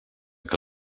que